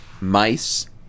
mice